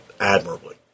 admirably